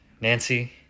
Nancy